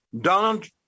Donald